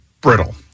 brittle